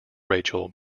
rachel